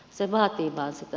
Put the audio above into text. se vaatii vain sitä